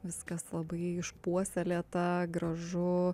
viskas labai išpuoselėta gražu